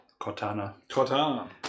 Cortana